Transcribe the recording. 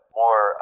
more